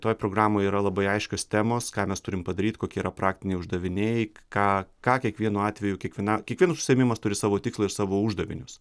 toj programoj yra labai aiškios temos ką mes turim padaryt kokie yra praktiniai uždaviniai ką ką kiekvienu atveju kiekviena kiekvienas užsiėmimas turi savo tikslą savo uždavinius